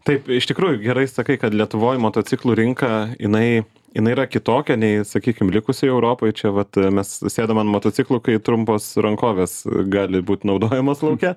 taip iš tikrųjų gerai sakai kad lietuvoj motociklų rinka jinai jinai yra kitokia nei sakykim likusioj europoj čia vat mes susėdom ant motociklų kai trumpos rankovės gali būt naudojamos lauke